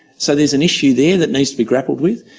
so there's an issue there that needs to be grappled with.